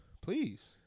Please